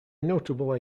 notable